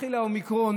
התחיל האומיקרון,